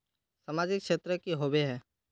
सामाजिक क्षेत्र की होबे है?